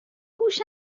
گوشم